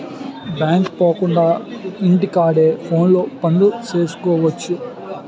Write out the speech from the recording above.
బ్యాంకుకు పోకుండా ఇంటి కాడే ఫోనులో పనులు సేసుకువచ్చు